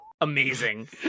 amazing